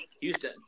Houston